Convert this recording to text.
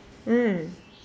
mm